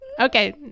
Okay